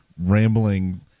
rambling